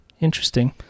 Interesting